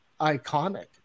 iconic